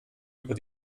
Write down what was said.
über